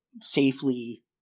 safely